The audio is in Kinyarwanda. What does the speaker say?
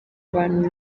abantu